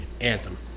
anthem